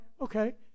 okay